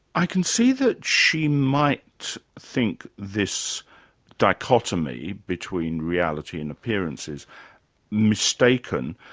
i can see that she might think this dichotomy between reality and appearances mistaken,